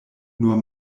nur